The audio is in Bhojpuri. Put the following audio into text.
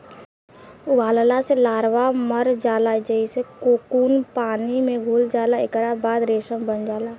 उबालला से लार्वा मर जाला जेइसे कोकून पानी में घुल जाला एकरा बाद रेशम बन जाला